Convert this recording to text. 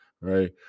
right